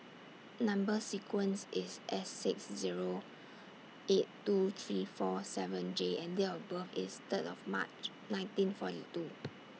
Number sequence IS S six Zero eight two three four seven J and Date of birth IS Third of March nineteen forty two